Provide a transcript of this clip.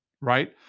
right